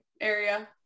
area